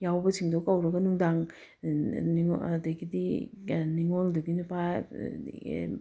ꯌꯥꯎꯕꯁꯤꯡꯗꯨ ꯀꯧꯔꯒ ꯅꯨꯡꯗꯥꯡ ꯑꯗꯒꯤꯗꯤ ꯅꯤꯡꯉꯣꯜꯗꯨꯒꯤ ꯅꯨꯄꯥ